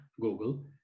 Google